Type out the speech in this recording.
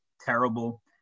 terrible